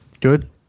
Good